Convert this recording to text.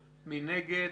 מי נגד?